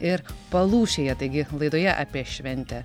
ir palūšėje taigi laidoje apie šventę